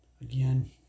again